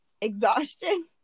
exhaustion